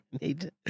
need